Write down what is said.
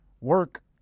work